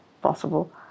possible